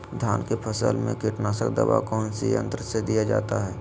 धान की फसल में कीटनाशक दवा कौन सी यंत्र से दिया जाता है?